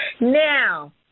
Now